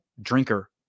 drinker